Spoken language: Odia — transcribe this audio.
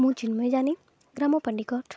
ମୁଁ ଚିନ୍ମୟ ଜାନି ଗ୍ରାମ ପଣ୍ଡିକଟ